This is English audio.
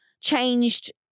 changed